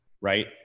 right